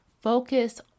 Focus